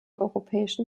europäischen